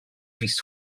fis